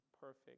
perfect